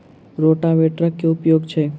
रोटावेटरक केँ उपयोग छैक?